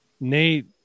Nate